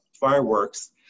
fireworks